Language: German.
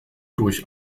durch